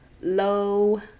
Low